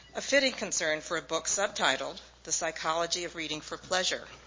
a fitting concern for a book subtitled, the psychology of reading for pleasure.